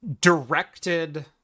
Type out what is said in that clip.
directed